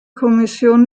kommission